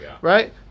Right